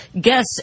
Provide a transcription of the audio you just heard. guess